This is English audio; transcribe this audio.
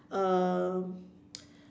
um